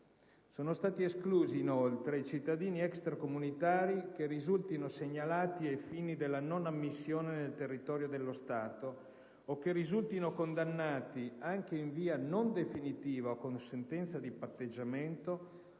sono stati esclusi i cittadini extracomunitari che risultino segnalati ai fini della non ammissione nel territorio dello Stato, o che risultino condannati, anche in via non definitiva o con sentenza di patteggiamento,